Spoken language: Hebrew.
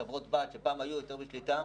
חברות בנות שפעם היו יותר בקריצה,